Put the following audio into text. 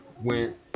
went